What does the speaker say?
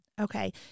Okay